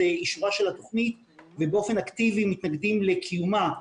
אישורה של התוכנית ובאופן אקטיבי מתנגדים לקיומה.